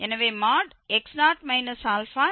எனவே x0 αIk2